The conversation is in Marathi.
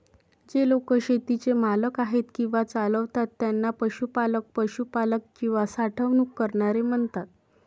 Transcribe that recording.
जे लोक शेतीचे मालक आहेत किंवा चालवतात त्यांना पशुपालक, पशुपालक किंवा साठवणूक करणारे म्हणतात